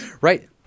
right